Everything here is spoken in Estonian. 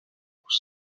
kus